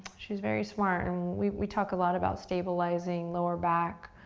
she's very smart, and we talk a lot about stabilizing lower back,